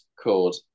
called